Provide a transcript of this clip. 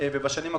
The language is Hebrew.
ובשנים הקרובות,